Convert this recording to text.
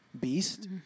beast